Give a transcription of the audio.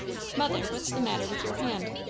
mother, what's the matter with your hand?